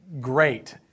great